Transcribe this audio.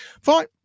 fine